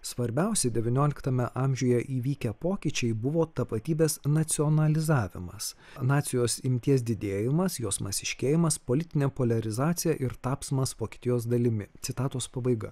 svarbiausi devynioliktame amžiuje įvykę pokyčiai buvo tapatybės nacionalizavimas nacijos imties didėjimas jos masiškėjimas politinė poliarizacija ir tapsmas vokietijos dalimi citatos pabaiga